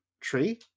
tree